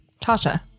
Tasha